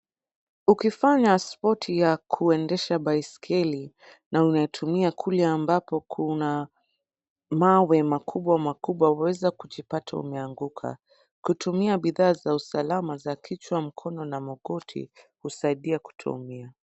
Ukifanya Spoti ya kuendesha baiskeli na unatumia kule ambapo kuna mawe makubwa makubwa unaweza kujipata umeanguka. Kutumia bidhaa za usalama za kichwa mkono na magoti husaidia kutoumia.